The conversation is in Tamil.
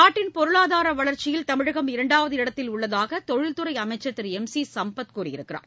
நாட்டின் பொருளாதாரவளர்ச்சியில் தமிழகம் இரண்டாவது இடத்தில் உள்ளதாகதொழில் துறைஅமைச்சர் திருஎம் சிசம்பத் கூறியுள்ளார்